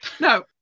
no